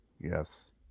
Yes